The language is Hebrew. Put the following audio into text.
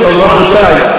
טוב, רבותי.